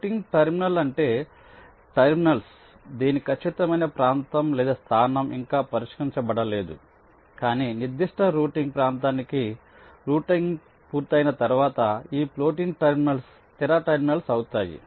floating terminal అంటే terminals దీని ఖచ్చితమైన ప్రాంతం లేదా స్థానం ఇంకా పరిష్కరించబడలేదు కాని నిర్దిష్ట రౌటింగ్ ప్రాంతానికి రౌటింగ్ పూర్తయిన తర్వాత ఈ ఫ్లోటింగ్ టెర్మినల్స్ స్థిర టెర్మినల్స్ అవుతాయి